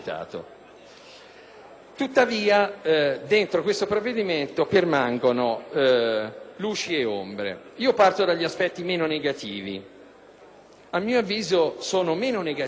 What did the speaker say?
Tuttavia, all'interno di questo provvedimento permangono luci ed ombre. Parto dagli aspetti meno negativi. A mio avviso, sono meno negativi